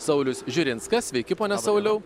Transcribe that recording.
saulius žiurinskas sveiki pone sauliau